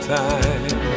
time